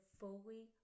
fully